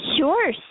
sure